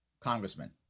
congressman